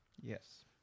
Yes